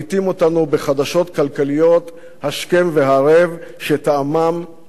והערב בחדשות כלכליות שטעמן מר כלענה?